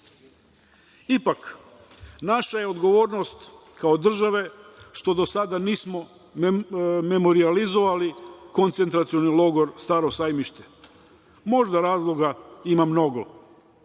Ipak, naša je odgovornost kao države što do sada nismo memorijalizovali koncentracioni logor Staro sajmište. Možda razloga ima mnogo,